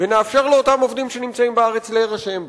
ונאפשר לאותם עובדים שנמצאים בארץ להירשם בו,